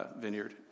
Vineyard